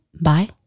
Bye